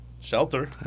shelter